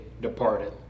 departed